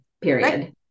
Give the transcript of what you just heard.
period